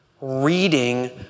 reading